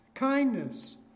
kindness